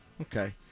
Okay